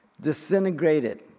disintegrated